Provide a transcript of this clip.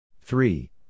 Three